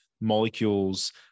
molecules